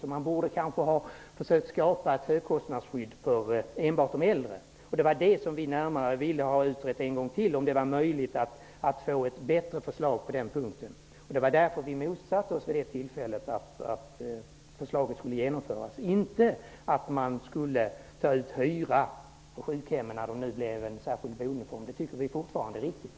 Det borde ha skapats ett högkostnadsskydd för enbart de äldre. Vi ville ha närmare utrett om det var möjligt att få ett bättre förslag på den punkten. Det var därför vi vid det tillfället motsatte oss att förslaget skulle genomföras. Det gällde inte frågan om att ta ut hyra på sjukhemmen när de blev en särskild boendeform. Vi tycker fortfarande att det är riktigt.